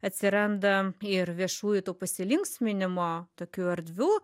atsiranda ir viešųjų tų pasilinksminimo tokių erdvių